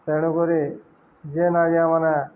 ତେଣୁକରି ଯଏ ନାୟ ମନା